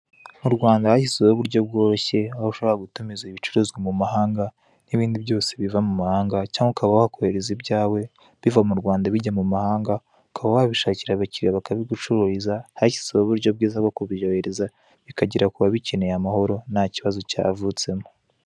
Mu Rwanda hashyizweho uburyo bworoshye, aho ushobora gutumiza ibicuruzwa mu mahanga, n'ibindi byose biva mu mahanga cyangwa ukaba wakohereza ibyawe biva mu Rwanda bijya mu mahanga, ukaba wabishakira abakiriya bakabigucururiza; hashyizweho uburyo bwiza bwo kubyohereza bikagera ku babikeneye amahoro nta kibazo cyavutsemo.